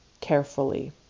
carefully